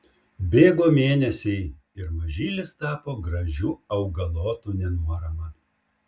bėgo mėnesiai ir mažylis tapo gražiu augalotu nenuorama